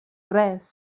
res